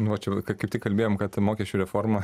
nu va čia jau kaiptik kalbėjom kad mokesčių reforma